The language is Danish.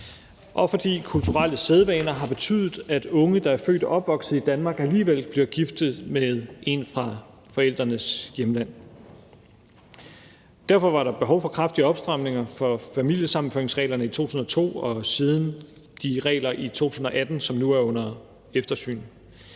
og fordi kulturelle sædvaner har betydet, at unge, der er født og opvokset i Danmark, alligevel bliver gift med en fra forældrenes hjemland. Derfor var der behov for kraftige opstramninger af familiesammenføringsreglerne i 2002 og siden de regler i 2018, som nu er under eftersyn.